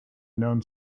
known